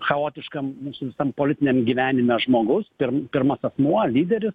chaotiškam mūsų politiniam gyvenime žmogus pirm pirmas asmuo lyderis